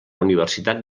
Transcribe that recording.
universitat